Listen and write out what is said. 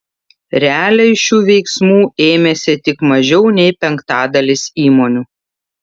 realiai šių veiksmų ėmėsi tik mažiau nei penktadalis įmonių